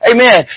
Amen